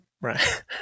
Right